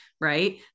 right